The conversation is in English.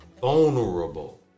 vulnerable